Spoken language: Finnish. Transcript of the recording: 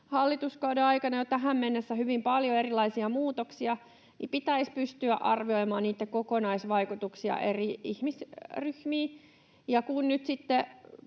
hallituskauden aikana jo tähän mennessä hyvin paljon erilaisia muutoksia, niin pitäisi pystyä arvioimaan niitten kokonaisvaikutuksia eri ihmisryhmiin.